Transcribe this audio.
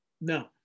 No